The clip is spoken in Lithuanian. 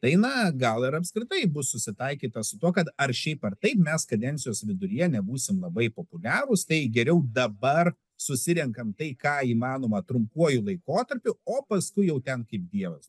tai na gal ir apskritai bus susitaikyta su tuo kad ar šiaip ar taip mes kadencijos viduryje nebūsim labai populiarūs tai geriau dabar susirenkam tai ką įmanoma trumpuoju laikotarpiu o paskui jau ten kaip dievas